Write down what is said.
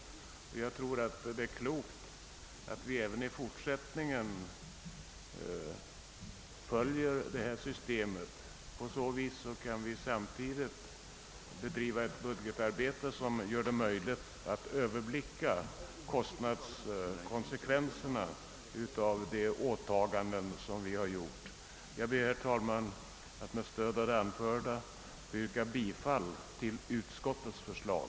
Jag tror att det är klokt att vi även i fortsättningen följer detta system. På så sätt kan vi samtidigt bedriva ett budgetarbete som gör det möjligt att överblicka kostnadskonsekvenserna av de åtaganden vi gör. Jag ber, herr talman, att med stöd av det anförda få yrka bifall till utskottets hemställan.